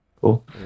Cool